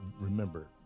remember